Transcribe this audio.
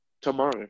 tomorrow